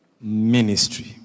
ministry